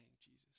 Jesus